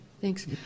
Thanks